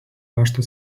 rašto